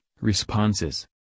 responses